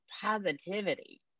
positivity